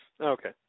Okay